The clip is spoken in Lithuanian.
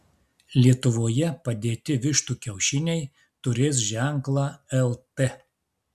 lietuvoje padėti vištų kiaušiniai turės ženklą lt